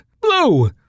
Blue